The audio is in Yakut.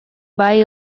баай